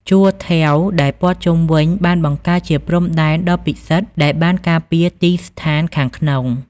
ជួរថែវដែលព័ទ្ធជុំវិញបានបង្កើតជាព្រំដែនដ៏ពិសិដ្ឋដែលបានការពារទីស្ថានខាងក្នុង។